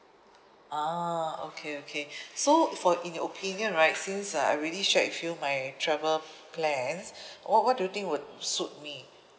ah okay okay so for in your opinion right since I already shared with you my travel plans what what do you think would suit me